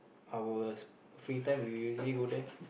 ours free time we usually go there